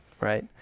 right